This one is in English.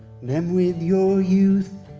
them with your youth,